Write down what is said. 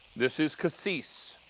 this is cassis.